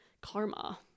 karma